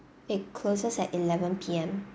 it closes at eleven P_M